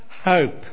hope